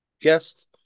guest